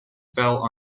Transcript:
fell